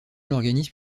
l’organisme